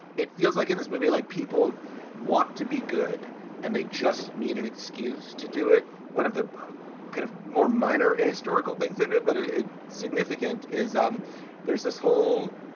it feels like in this movie, like people want to be good and they just need an excuse to do it. one of the kind of more minor historical things in it, but ah it's significant is um there's this whole